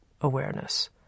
awareness